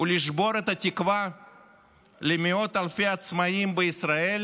ולשבור את התקווה של מאות אלפי עצמאים בישראל